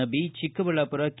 Nabi Chikkaballapur K